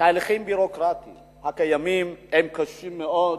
התהליכים הביורוקרטיים הקיימים קשים מאוד